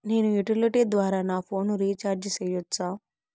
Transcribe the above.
నేను యుటిలిటీ ద్వారా నా ఫోను రీచార్జి సేయొచ్చా?